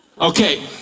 Okay